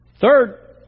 Third